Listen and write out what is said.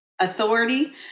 authority